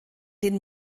den